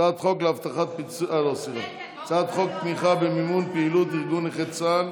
הצעת חוק תמיכה במימון פעילות ארגון נכי צה"ל